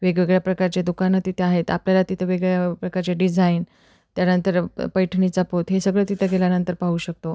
वेगवेगळ्या प्रकारचे दुकानं तिथे आहेत आपल्याला तिथं वेगळ्या प्रकारचे डिझाईन त्यानंतर पैठणीचा पोत हे सगळं तिथं गेल्यानंतर पाहू शकतो